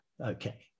Okay